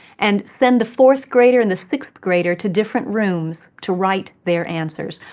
and send the fourth grader and the sixth grader to different rooms to write their answers.